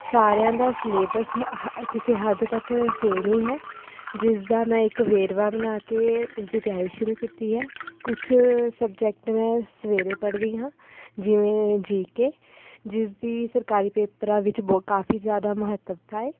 ਸਾਰਿਆਂ ਦਾ ਸਿਲੇਬਸ ਹ ਹ ਕਿਸੇ ਹੱਦ ਤੱਕ ਸੇਮ ਹੀ ਹੈ ਜਿਸ ਦਾ ਮੈਂ ਇੱਕ ਵੇਰਵਾ ਬਣਾ ਕੇ ਉਸਦੀ ਤਿਆਰੀ ਸ਼ੁਰੂ ਕੀਤੀ ਹੈ ਕੁਛ ਸਬਜੈਕਟ ਮੈਂ ਸਵੇਰੇ ਪੜ੍ਹਦੀ ਹਾਂ ਜਿਵੇਂ ਜੀ ਕੇ ਜਿਸ ਦੀ ਸਰਕਾਰੀ ਪੇਪਰਾਂ ਵਿੱਚ ਬਹੁ ਕਾਫੀ ਜ਼ਿਆਦਾ ਮਹੱਤਤਾ ਹੈ